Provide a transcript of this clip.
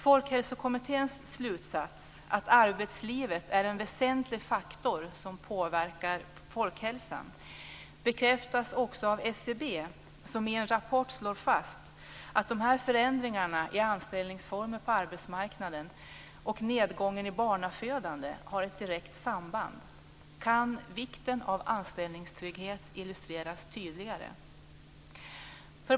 Folkhälsokommitténs slutsats, att arbetslivet är en väsentlig faktor som påverkar folkhälsan bekräftas också av SCB som i en rapport slår fast att de här förändringarna i anställningsformer på arbetsmarknaden och nedgången i barnafödandet har ett direkt samband. Kan vikten av anställningstrygghet illustreras tydligare?